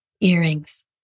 earrings